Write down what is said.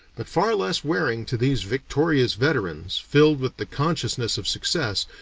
but far less wearing to these victorious veterans, filled with the consciousness of success,